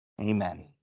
Amen